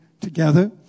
together